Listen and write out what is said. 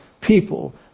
people